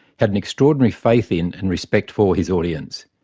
had an extraordinary faith in and respect for his audience.